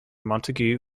montagu